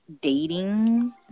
dating